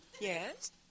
Yes